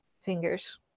fingers